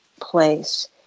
place